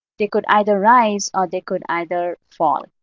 they could either rise, or they could either fall.